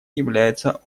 является